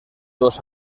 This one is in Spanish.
dos